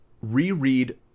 reread